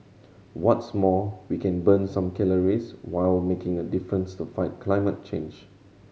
what's more we can burn some calories while making a difference to fight climate change